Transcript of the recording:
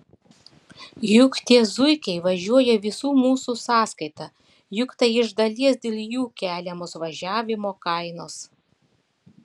juk tie zuikiai važiuoja visų mūsų sąskaita juk tai iš dalies dėl jų keliamos važiavimo kainos